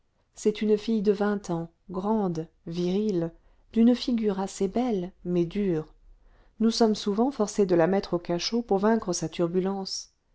c'est une fille de vingt ans grande virile d'une figure assez belle mais dure nous sommes souvent forcés de la mettre au cachot pour vaincre sa turbulence